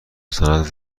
سند